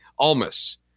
Almas